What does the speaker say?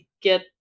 get